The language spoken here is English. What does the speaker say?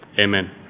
Amen